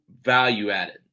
value-added